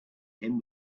him